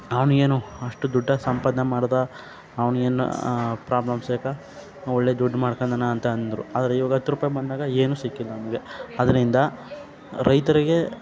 ಅವನಿಗೇನು ಅಷ್ಟು ದುಡ್ಡು ಸಂಪಾದನೆ ಮಾಡಿದ ಅವ್ನಿಗೇನು ಪ್ರಾಬ್ಲಮ್ಸ್ ಯಾಕೆ ಒಳ್ಳೆ ದುಡ್ಡು ಮಾಡ್ಕಂಡನ ಅಂತ ಅಂದರು ಆದರೆ ಇವಾಗ ಹತ್ತು ರೂಪಾಯಿ ಬಂದಾಗ ಏನೂ ಸಿಕ್ಕಿಲ್ಲ ನಮಗೆ ಅದರಿಂದ ರೈತರಿಗೆ